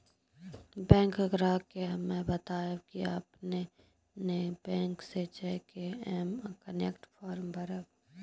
bank ग्राहक के हम्मे बतायब की आपने ने बैंक मे जय के एम कनेक्ट फॉर्म भरबऽ